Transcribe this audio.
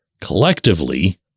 collectively